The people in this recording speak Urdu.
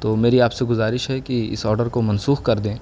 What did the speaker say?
تو میری آپ سے گزارش ہے کہ اس آرڈر کو منسوخ کر دیں